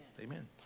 Amen